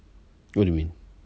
what do you mean